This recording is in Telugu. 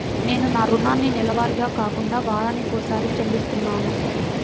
నేను నా రుణాన్ని నెలవారీగా కాకుండా వారానికోసారి చెల్లిస్తున్నాను